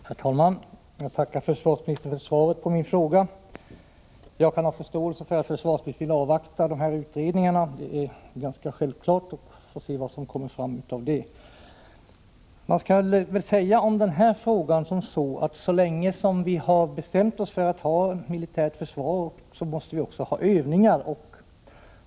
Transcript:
Herr talman! Jag tackar försvarsministern för svaret på min fråga. Jag kan ha förståelse för att försvarsministern vill avvakta de nämnda utredningarna och se vad som kommer fram av dem. Det är ganska självklart. Så länge vi har bestämt oss för att hålla ett militärt försvar måste vi också ha övningar.